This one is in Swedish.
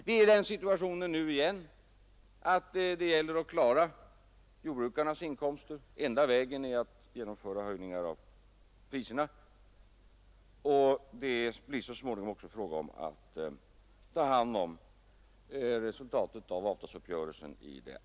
Vi är i den situationen nu igen att det gäller att klara jordbrukarnas inkomster. Enda vägen är att höja priserna. Så småningom måste vi också ta hand om andra årets resultat av lönerörelsen.